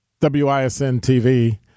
WISN-TV